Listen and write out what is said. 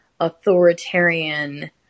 authoritarian